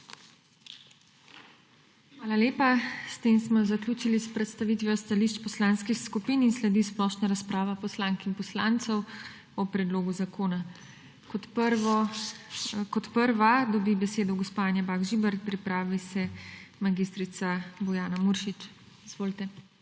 Hvala lepa. S tem smo zaključili s predstavitvijo stališč poslanskih skupin in sledi splošna razprava poslank in poslancev o predlogu zakona. Kot prva dobi besedo gospa Anja Bah Žibert, pripravi se mag. Bojana Muršič. Izvolite.